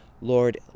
Lord